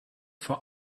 for